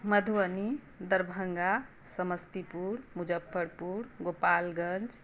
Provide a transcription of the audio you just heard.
Madhubani Darbhanga Samastipur Muzaffarpur Gopalganj